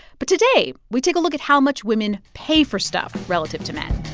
but today, we take a look at how much women pay for stuff relative to men